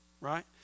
Right